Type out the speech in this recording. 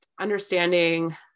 understanding